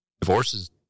Divorces